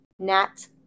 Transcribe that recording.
Nat